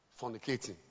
fornicating